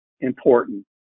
important